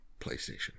PlayStation